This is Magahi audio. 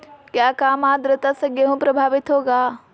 क्या काम आद्रता से गेहु प्रभाभीत होगा?